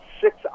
six